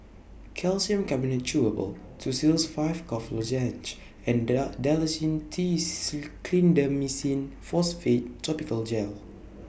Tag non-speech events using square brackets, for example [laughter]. Calcium Carbonate Chewable Tussils five Cough Lozenges and [unintelligible] Dalacin teeth Clindamycin Phosphate Topical Gel